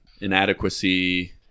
inadequacy